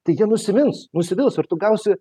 tai jie nusimins nusivils ir tu gausi